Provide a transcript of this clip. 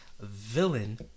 Villain